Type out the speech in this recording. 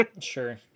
Sure